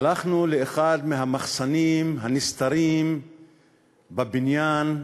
הלכנו לאחד המחסנים הנסתרים בבניין,